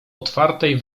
otwartej